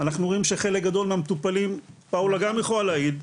אנחנו רואים שחלק גדול מהטופלים פאולה גם יכולה להעיד,